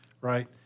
right